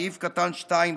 סעיף קטן (2)(ח),